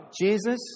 Jesus